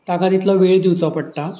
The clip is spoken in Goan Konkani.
ताका तितलो वेळ दिवचो पडटा